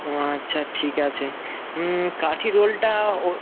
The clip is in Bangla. ও আচ্ছা ঠিক আছে কাঠি রোলটা ও